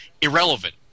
irrelevant